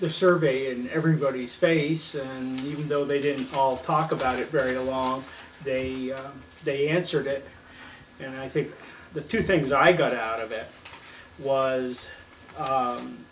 the survey in everybody's face even though they didn't all talk about it very long they they answered it and i think the two things i got out of it was